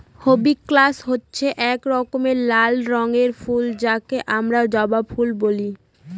hibiscus হচ্ছে এক রকমের লাল রঙের ফুল যাকে আমরা জবা ফুল বলে